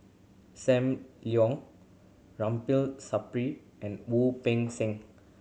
Sam Leong Ramli Sarip and Wu Peng Seng